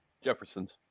Jefferson's